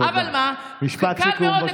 אבל מה, משפט סיכום, בבקשה.